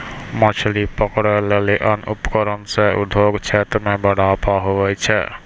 मछली पकड़ै लेली अन्य उपकरण से उद्योग क्षेत्र मे बढ़ावा हुवै छै